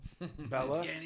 Bella